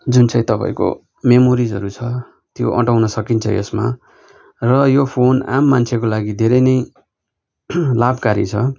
जुन चाहिँ तपाईँको मेमोरिसहरू छ त्यो अँटाउन सकिन्छ यसमा र यो फोन आम मान्छेको लागि धेरै नै लाभकारी छ